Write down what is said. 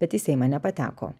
bet į seimą nepateko